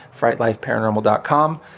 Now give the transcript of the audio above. FrightLifeParanormal.com